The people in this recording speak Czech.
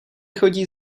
chodí